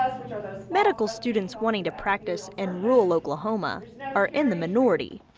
medical students wanting to practice in rural oklahoma are in the minority.